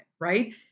right